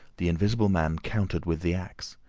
the invisible man countered with the axe,